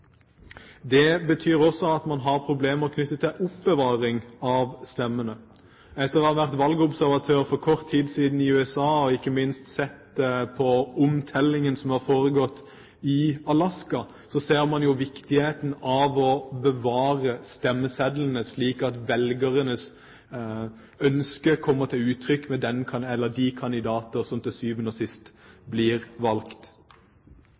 Det betyr også at man har problemer knyttet til oppbevaring av stemmene. Etter å ha vært valgobservatør i USA for kort tid siden og ikke minst sett på omtellingen som har foregått i Alaska, ser man viktigheten av å bevare stemmesedlene slik at velgernes ønske kommer til uttrykk ved de kandidater som til syvende og sist blir valgt.